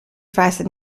fasten